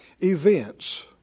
events